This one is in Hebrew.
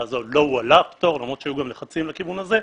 הזו לא הועלה הפטור למרות שהיו גם לחצים לכיוון הזה,